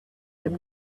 him